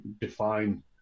define